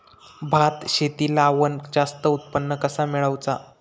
भात शेती लावण जास्त उत्पन्न कसा मेळवचा?